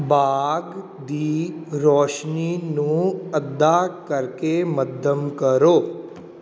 ਬਾਗ ਦੀ ਰੋਸ਼ਨੀ ਨੂੰ ਅੱਧਾ ਕਰਕੇ ਮੱਧਮ ਕਰੋ